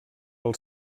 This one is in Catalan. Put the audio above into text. pel